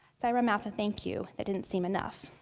sayra mouthed a thank you that didn't seem enough.